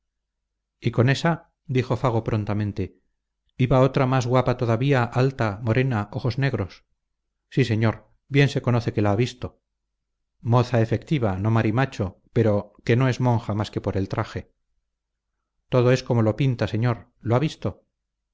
y con ésa dijo fago prontamente iba otra más guapa todavía alta morena ojos negros sí señor bien se conoce que la ha visto moza efectiva no marimacho pero que no es monja más que por el traje todo es como lo pinta señor lo ha visto